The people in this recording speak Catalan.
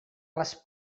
les